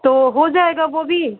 तो हो जाएगा वह भी